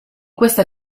questa